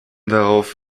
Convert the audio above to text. darauf